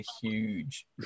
huge